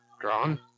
drawn